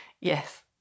Yes